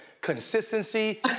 Consistency